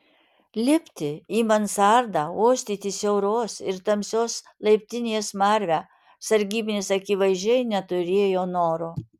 lipti į mansardą uostyti siauros ir tamsios laiptinės smarvę sargybinis akivaizdžiai neturėjo noro